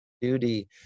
Duty